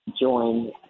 join